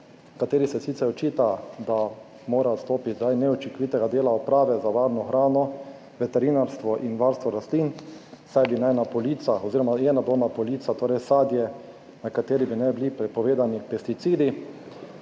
kateri se sicer očita, da mora odstopiti zaradi neučinkovitega dela Uprave za varno hrano, veterinarstvo in varstvo rastlin, saj bi naj na policah oziroma je bilo na policah torej sadje, na kateri bi naj bili prepovedani pesticidi,